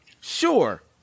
sure